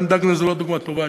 היום דנקנר זאת דוגמה לא טובה,